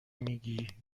میگی